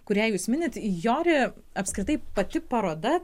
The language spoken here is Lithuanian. kurią jūs minit jori apskritai pati paroda